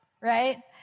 right